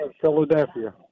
Philadelphia